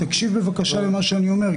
תקשיב בבקשה למה שאני אומר,